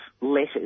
letters